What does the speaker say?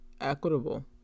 equitable